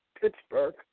Pittsburgh